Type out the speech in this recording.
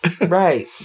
right